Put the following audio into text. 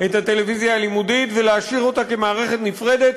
הטלוויזיה הלימודית ולהשאיר אותה כמערכת נפרדת,